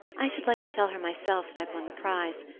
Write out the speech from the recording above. i should like to tell her myself that i've won the prize.